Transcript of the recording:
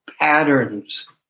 patterns